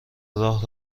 راه